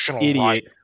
idiot